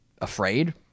afraid